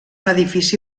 edifici